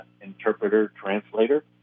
interpreter-translator